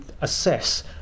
assess